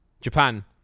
Japan